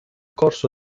corso